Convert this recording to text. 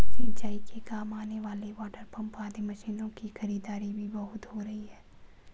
सिंचाई के काम आने वाले वाटरपम्प आदि मशीनों की खरीदारी भी बहुत हो रही है